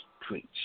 Preach